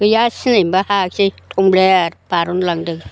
गैया सिनायनोबो हायाखिसै थंब्लेट बार'नलांदों